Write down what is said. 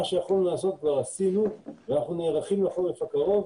מה שיכולנו לעשות כבר עשינו ואנחנו נערכים לחורף הקרוב.